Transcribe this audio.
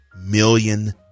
million